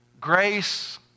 grace